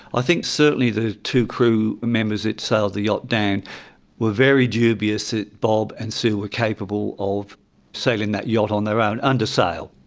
i think that certainly the two crew members that sailed the yacht down were very dubious that bob and sue were capable of sailing that yacht on their own under sail.